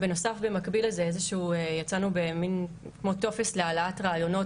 במקביל זה יצאנו במין כמו טופס להעלאת רעיונות.